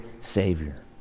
Savior